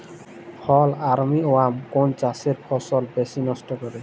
ফল armyworm কোন চাষের ফসল বেশি নষ্ট করে?